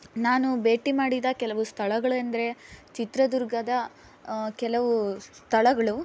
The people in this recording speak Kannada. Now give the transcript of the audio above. ನಾನು ಭೇಟಿ ಮಾಡಿದ ಕೆಲವು ಸ್ಥಳಗಳೆಂದರೆ ಚಿತ್ರದುರ್ಗದ ಕೆಲವು ಸ್ಥಳಗಳು